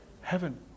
heaven